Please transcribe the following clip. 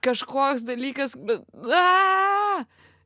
kažkoks dalykas bet a